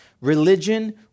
religion